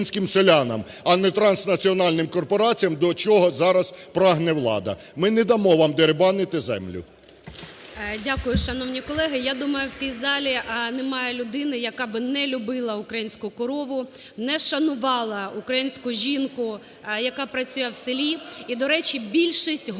Дякую. Шановні колеги, я думаю, в цій залі немає людини, яка би не любила українську корову, не шанувала українську жінку, яка працює в селі. І, до речі, більшість голів